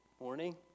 morning